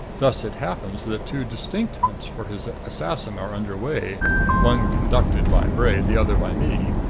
thus it happens that two distinct hunts for his assassin are under way one conducted by bray, the other by me.